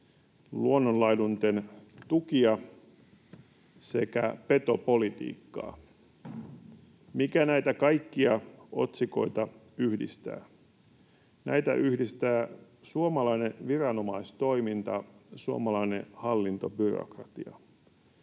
luonnonlaidunten tukia sekä petopolitiikkaa. Mikä näitä kaikkia otsikoita yhdistää? Näitä yhdistää suomalainen viranomaistoiminta, suomalainen hallintobyrokratia.